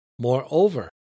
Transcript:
Moreover